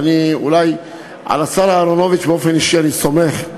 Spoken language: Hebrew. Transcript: אולי על השר אהרונוביץ, באופן אישי, אני סומך,